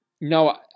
no